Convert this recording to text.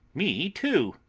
me too?